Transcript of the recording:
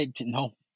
No